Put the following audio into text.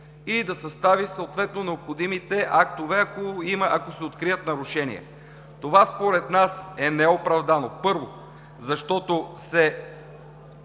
и да състави съответно необходимите актове, ако се открият нарушения. Това според нас е неоправдано. Първо, защото се